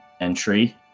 entry